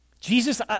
Jesus